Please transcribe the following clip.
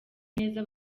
neza